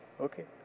Okay